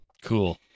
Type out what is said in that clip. cool